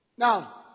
Now